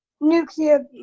nuclear